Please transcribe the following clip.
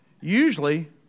Usually